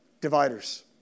dividers